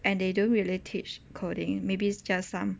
and they don't really teach coding maybe just some